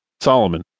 Solomon